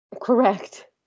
correct